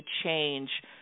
change